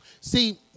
See